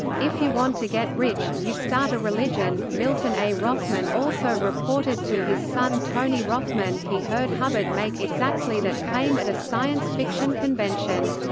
if you want to get rich, you start a religion. milton a. rothman also reported to his son tony rothman he heard hubbard make exactly that claim at a science fiction convention.